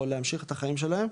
או להמשיך את החיים שלהם,